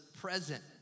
present